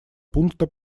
пункта